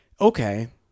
okay